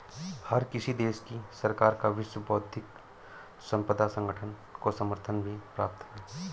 हर किसी देश की सरकार का विश्व बौद्धिक संपदा संगठन को समर्थन भी प्राप्त है